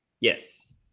Yes